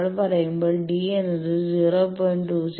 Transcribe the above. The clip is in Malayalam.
നമ്മൾ പറയുമ്പോൾ d എന്നത് 0